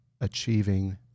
achieving